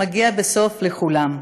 מגיעה בסוף לכולם.